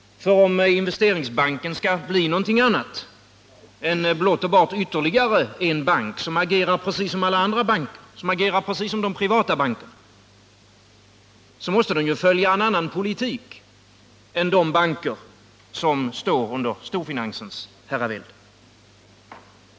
Om Investeringsbanken skall bli någonting annat än blott och bart ytterligare en bank som agerar precis som de privata bankerna, måste den föra en annan politik än de banker som står under storfinansens välde.